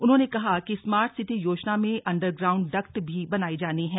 उन्होंने कहा कि स्मार्ट सिटी योजना में अण्डरग्राउण्ड डक्ट भी बनाई जानी है